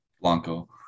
Blanco